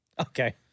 okay